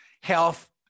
health